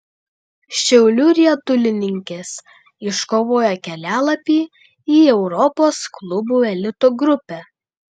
šiaulių riedulininkės iškovojo kelialapį į europos klubų elito grupę